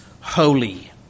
holy